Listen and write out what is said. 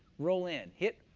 roll in, hit,